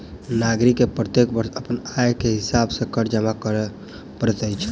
नागरिक के प्रत्येक वर्ष अपन आय के हिसाब सॅ कर जमा कर पड़ैत अछि